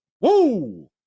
Woo